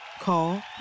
Call